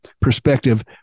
perspective